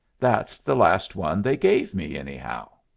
that's the last one they gave me, anyhow.